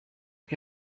che